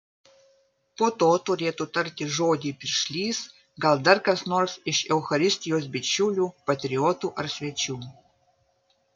po to turėtų tarti žodį piršlys gal dar kas nors iš eucharistijos bičiulių patriotų ar svečių